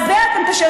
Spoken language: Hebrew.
הם עדיין שותפים,